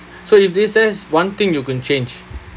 so if this says one thing you can change